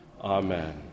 Amen